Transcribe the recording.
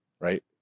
right